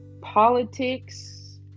politics